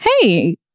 Hey